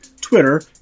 Twitter